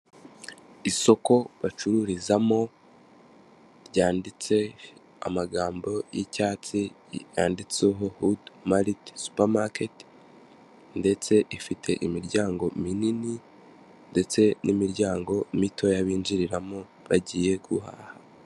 Isoko bacururizamo ryanditse amagambo y'icyatsi yanditseho hudu mariti supamaketi ndetse ifite imiryango minini ndetse n'imiryango mito y'abinjiriramo bagiye guhaha.